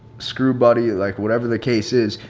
screw buddy, like whatever the case is,